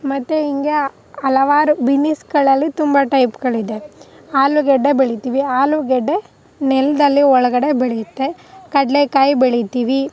ಮತ್ತು ಹಿಂಗೆ ಹಲವಾರು ಬಿನ್ನೀಸ್ಗಳಲ್ಲಿ ತುಂಬ ಟೈಪ್ಗಳಿದೆ ಆಲೂಗೆಡ್ಡೆ ಬೆಳಿತೀವಿ ಆಲೂಗೆಡ್ಡೆ ನೆಲದಲ್ಲಿ ಒಳಗಡೆ ಬೆಳೆಯುತ್ತೆ ಕಡಲೆ ಕಾಯಿ ಬೆಳಿತೀವಿ